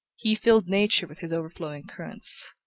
he filled nature with his overflowing currents.